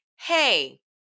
hey